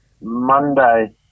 Monday